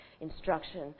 instruction